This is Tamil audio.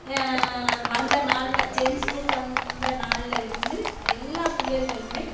வந்த நாளில் ஜேம்ஸ் ஸ்கூல் வந்த நாளில் இருந்து எல்லா பிள்ளைகளுமே